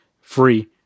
free